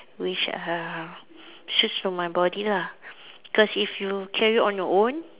which are suits for my body lah cause if you carry on your own